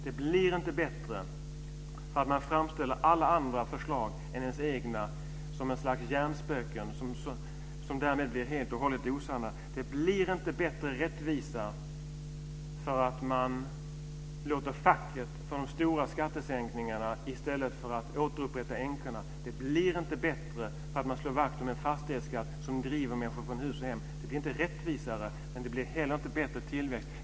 Det blir inte bättre för att man framställer alla andra förslag än ens egna som ett slags hjärnspöken, som därigenom blir helt osanna. Det blir inte bättre rättvisa för att man låter facket få del av de stora skattesänkningarna i stället för att återupprätta situationen för änkorna. Det blir inte bättre för att man slår vakt om en fastighetsskatt som driver människor från hus och hem. Det blir inte rättvisare, men det blir inte heller bättre tillväxt.